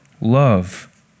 love